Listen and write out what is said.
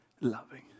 loving